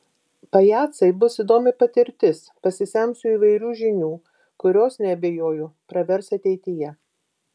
pajacai bus įdomi patirtis pasisemsiu įvairių žinių kurios neabejoju pravers ateityje